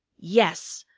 yes!